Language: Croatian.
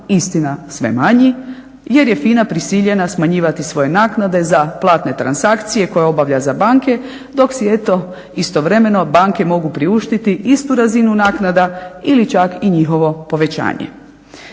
istina sve manji jer je FINA prisiljena smanjivati svoje nakade za platne transakcije koje obavlja za banke dok si eto istovremeno banke mogu priuštiti istu razinu naknada, ili čak i njihovo povećanje.